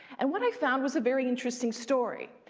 and what i found was a very interesting story.